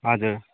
हजुर